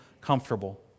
comfortable